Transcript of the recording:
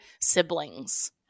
siblings